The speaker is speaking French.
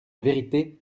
vérité